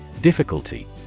Difficulty